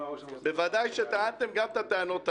בוודאי שטענתם גם את הטענות האלה.